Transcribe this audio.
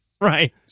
Right